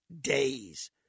days